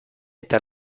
eta